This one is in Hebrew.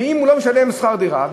ואם הוא לא משלם שכר דירה,